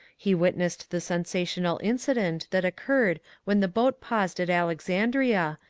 he wit nessed the sensational incident that occurred when the boat paused at alexandria,